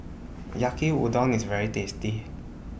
Yaki Udon IS very tasty